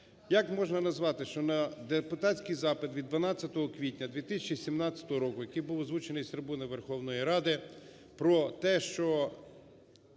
Як можна назвати, що на депутатський запит від 12 квітня 2017 року, який був озвучений з трибуни Верховної Ради про те, що